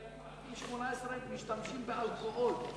ילדים עד גיל 18 משתמשים באלכוהול.